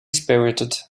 spirited